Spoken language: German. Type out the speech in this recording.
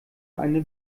eine